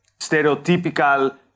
stereotypical